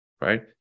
Right